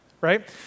right